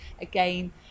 again